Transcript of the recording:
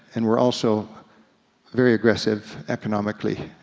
and we're also very aggressive economically.